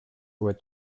vois